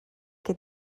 que